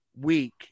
week